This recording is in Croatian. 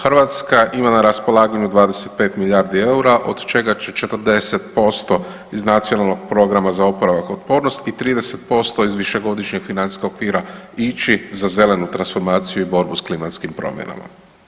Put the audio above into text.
Hrvatska ima na raspolaganju 25 milijardi eura od čega će 40% iz nacionalnog programa za oporavak otpornosti i 30% iz višegodišnjeg financijskog okvira ići za zelenu transformaciju i borbu s klimatskim promjenama.